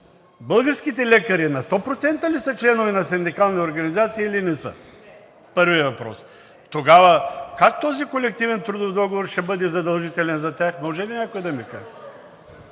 българските лекари сто процента ли са членове на синдикални организации, или не са? Първият въпрос. Тогава как този колективен трудов договор ще бъде задължителен за тях, може ли някой да ми каже?